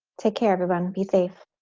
take care everyone be safe